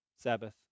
Sabbath